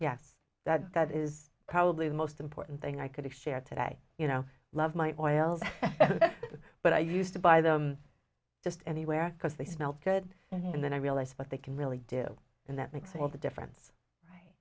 yes that that is probably the most important thing i could have shared today you know love might oil but i used to buy them just anywhere because they smelt good and then i realised what they can really do and that makes all the difference